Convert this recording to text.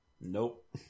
Nope